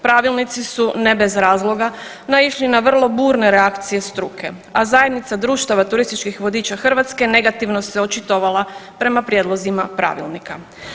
Pravilnici su ne bez razloga naišli na vrlo burne reakcije struke, a Zajednica društava turističkih vodiča Hrvatske negativno se očitovala prema prijedlozima pravilnika.